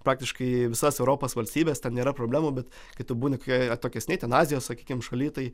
praktiškai visas europos valstybes ten nėra problemų bet kai tu būni kokioj atokesnėj ten azijos sakykim šalyj tai